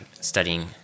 studying